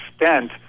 extent